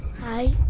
Hi